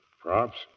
props